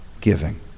giving